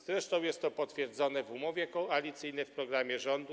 Zresztą jest to potwierdzone w umowie koalicyjnej, w programie rządu.